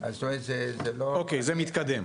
זה מתקדם.